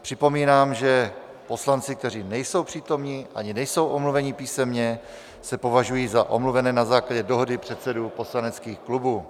Připomínám, že poslanci, kteří nejsou přítomni ani nejsou omluveni písemně, se považují za omluvené na základě dohody předsedů poslaneckých klubů.